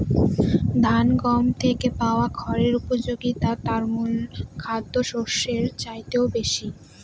ধান বা গম থেকে পাওয়া খড়ের উপযোগিতা তার মূল খাদ্যশস্যের চাইতেও বেশি